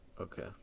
Okay